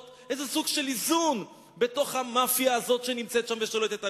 איזה סוג של איזון בתוך המאפיה הזאת שנמצאת שם ושולטת עלינו.